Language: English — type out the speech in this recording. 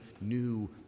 new